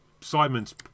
Simon's